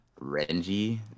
Renji